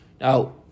Now